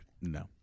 No